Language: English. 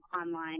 online